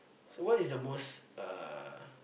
so what is your most uh